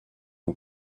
and